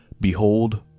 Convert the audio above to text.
Behold